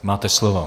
Máte slovo.